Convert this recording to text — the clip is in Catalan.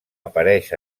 apareix